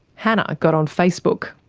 hannah got on facebook.